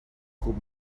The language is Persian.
خوب